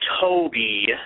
Toby